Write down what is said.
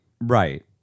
right